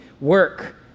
work